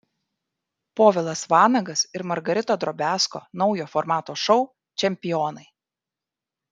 povilas vanagas ir margarita drobiazko naujo formato šou čempionai